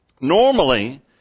normally